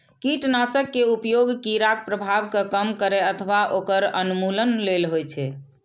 कीटनाशक के उपयोग कीड़ाक प्रभाव कें कम करै अथवा ओकर उन्मूलन लेल होइ छै